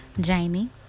Jamie